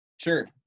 Sure